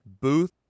Booth